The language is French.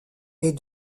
est